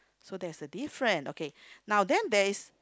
so there's a different okay now then there is